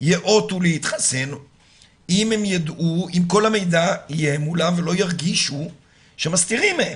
ייאותו להתחסן אם כל המידע יהיה מולם ולא ירגישו שמסתירים מהם.